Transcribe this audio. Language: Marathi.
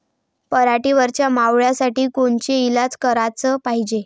पराटीवरच्या माव्यासाठी कोनचे इलाज कराच पायजे?